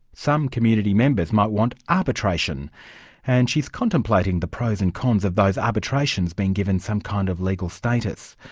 some community members might want arbitration and she's contemplating the pros and cons of those arbitrations being given some kind of legal status.